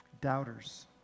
doubters